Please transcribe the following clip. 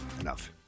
Enough